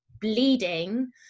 bleeding